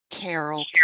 Carol